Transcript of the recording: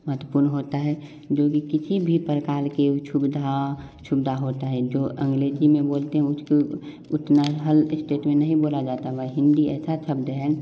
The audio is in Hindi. महत्त्वपूर्ण होता है जो कि किसी भी प्राकार के सुविधा सुविधा होता है जो अंग्रेज़ी में बोलते है उसको उतना हर स्टेट में नहीं बोला जाता वही हिन्द ऐसा शब्द है